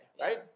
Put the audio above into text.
right